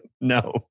No